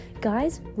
Guys